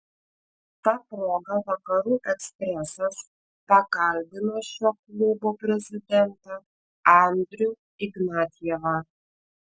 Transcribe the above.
ta proga vakarų ekspresas pakalbino šio klubo prezidentą andrių ignatjevą